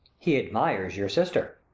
he admires your sister.